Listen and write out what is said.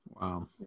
Wow